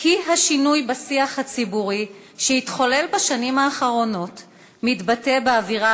כי השינוי בשיח הציבורי שהתחולל בשנים האחרונות מתבטא באווירה